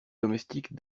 domestique